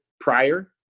prior